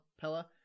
Pella